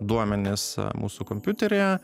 duomenis mūsų kompiuteryje